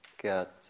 get